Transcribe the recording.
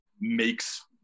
makes